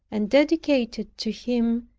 and dedicated to him,